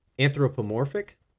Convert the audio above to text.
Anthropomorphic